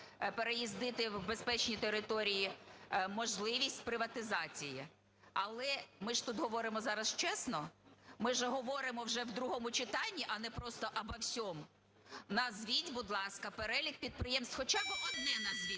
переїздити в безпечні території, можливість приватизації. Але ми ж тут говоримо зараз чесно? Ми ж говоримо вже в другому читанні, а не просто обо всем. Назвіть, будь ласка, перелік підприємств, хоча б одне назвіть